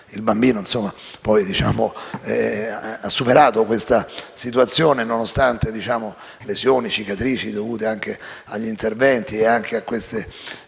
il bambino ha superato la situazione, nonostante lesioni e cicatrici dovute anche agli interventi e a quanto